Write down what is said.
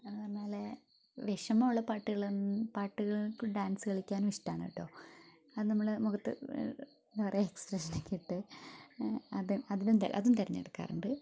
അതുപറഞ്ഞപോലെ വിഷമുള്ള പാട്ടുകളും പാട്ടുകൾക്ക് ഡാൻസ് കളിക്കാനും ഇഷ്ടാണ് കേട്ടോ അതു നമ്മളെ മുഖത്ത് എന്താ പറയുക എക്സ്പ്രെഷൻ ഒക്കെയിട്ട് അതും അതിലും അതും തിരഞ്ഞെടുക്കാറുണ്ട്